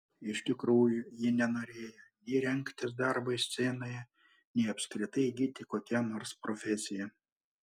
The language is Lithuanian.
iš tikrųjų ji nenorėjo nei rengtis darbui scenoje nei apskritai įgyti kokią nors profesiją